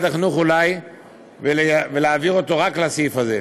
החינוך אולי ולהעביר אותו רק לסעיף הזה.